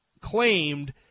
claimed